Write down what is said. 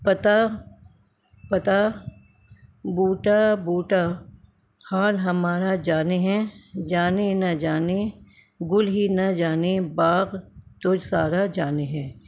پتا پتا بوٹا بوٹا حال ہمارا جانے ہیں جانے نہ جانے گل ہی نہ جانے باغ تو سارا جانے ہے